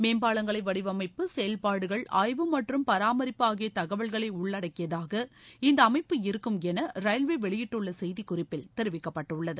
மேம்பாலங்களை வடிவமைப்பு செயல்பாடுகள் ஆய்வு மற்றும் பராமரிப்பு ஆகிய தகவல்களை உள்ளடக்கியதாக இந்த அமைப்பு இருக்கும் என ரயில்வே வெளியிட்டுள்ள செய்திக்குறிப்பில் தெரிவிக்கப்பட்டுள்ளது